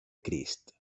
crist